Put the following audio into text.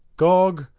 gog,